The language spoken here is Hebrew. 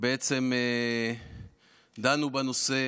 דנו בנושא